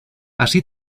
así